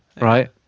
right